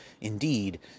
Indeed